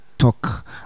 talk